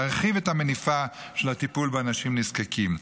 להרחיב את המניפה של הטיפול באנשים נזקקים,